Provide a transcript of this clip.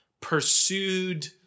pursued